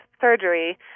surgery